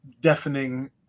deafening